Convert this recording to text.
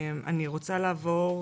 אני רוצה לעבור